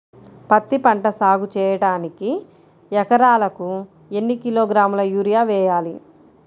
పత్తిపంట సాగు చేయడానికి ఎకరాలకు ఎన్ని కిలోగ్రాముల యూరియా వేయాలి?